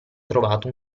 trovato